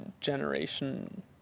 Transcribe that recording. generation